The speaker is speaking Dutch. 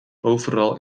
overal